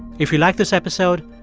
if you liked this episode,